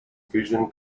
fusion